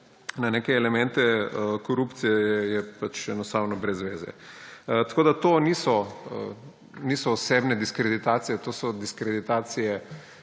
na neke elemente korupcije, je enostavno brez zveze. To niso osebne diskreditacije, to so diskreditacije